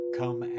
come